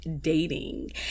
dating